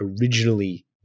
originally